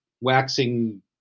waxing